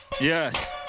yes